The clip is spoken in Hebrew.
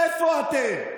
איפה אתם?